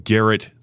Garrett